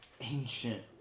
ancient